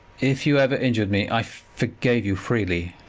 if you ever injured me, i forgave you freely.